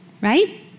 right